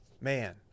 Man